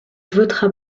votera